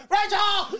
Rachel